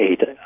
eight